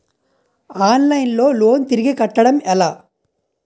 Online లో loan తిరిగి కట్టడం ఎలా?